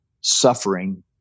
suffering